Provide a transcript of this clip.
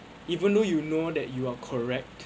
even though you know that you are correct